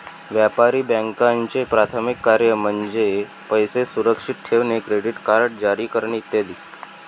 व्यापारी बँकांचे प्राथमिक कार्य म्हणजे पैसे सुरक्षित ठेवणे, क्रेडिट कार्ड जारी करणे इ